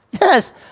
yes